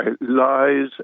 Lies